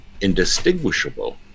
indistinguishable